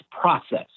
process